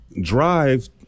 drive